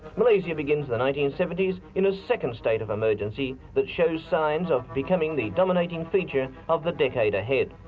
malaysia begins the nineteen seventy s in a second state of emergency that shows signs of becoming the dominating feature of the decade ahead.